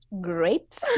great